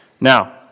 Now